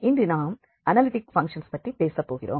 இன்று நாம் analytic functions பற்றி பேச போகிறோம்